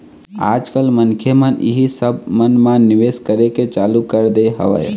आज कल मनखे मन इही सब मन म निवेश करे के चालू कर दे हवय